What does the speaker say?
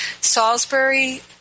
Salisbury